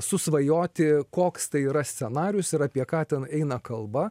susvajoti koks tai yra scenarijus ir apie ką ten eina kalba